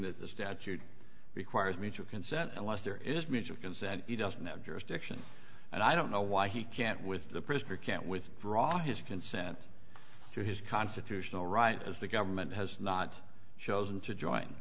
that the statute requires me to consent unless there is mutual consent he doesn't have jurisdiction and i don't know why he can't with the prisoner can't withdraw his consent to his constitutional right as the government has not chosen to join